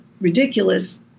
ridiculous